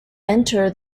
enter